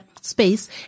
space